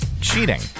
cheating